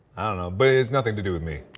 i don't know, but it has nothing to do with me.